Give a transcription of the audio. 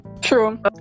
True